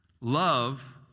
Love